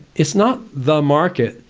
is not the market.